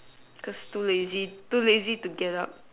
cause too lazy too lazy to get up